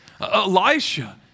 Elisha